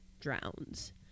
drowns